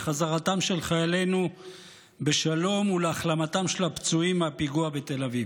לחזרתם של חיילנו בשלום ולהחלמתם של הפצועים מהפיגוע בתל אביב.